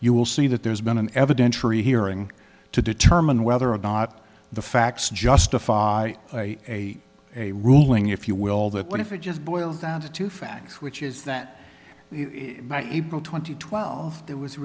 you will see that there's been an evidentiary hearing to determine whether or not the facts justify a a ruling if you will that what if it just boils down to two facts which is that april twenty twelfth there was a